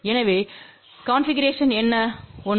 எனவே கன்பிகுரேஷன்வு என்ன 1